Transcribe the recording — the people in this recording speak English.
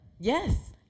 Yes